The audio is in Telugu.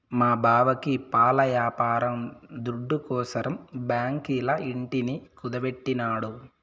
మా బావకి పాల యాపారం దుడ్డుకోసరం బాంకీల ఇంటిని కుదువెట్టినాడు